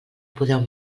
podeu